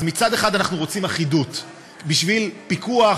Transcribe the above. אז מצד אחד אנחנו רוצים אחידות בשביל פיקוח,